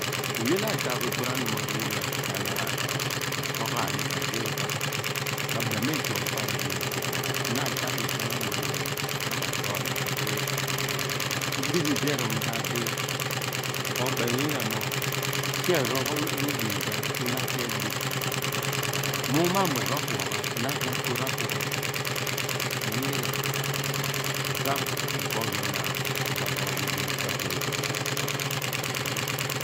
Oye la daap igbara nuum aruu wẖole enaan ratoghani ka ghee pha abeem idoun pa adiyah igbia pho mo na daph igbra num a ruwhohe enaan naka tol ka geepho idighi di erool moodaadi omeni nyina mo sien, pha pho rodighan ku na aki adigh muum mo amuen ro pugho ghan na a ki akur apughool inighe daph ikponu enaan obo a moogh ghudum kagheepho